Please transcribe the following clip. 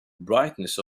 brightness